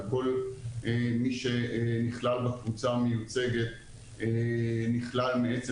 וכל מי שנכלל בקבוצה המיוצגת נכלל מעצם